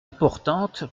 importante